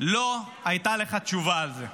לא הייתה לך תשובה על זה.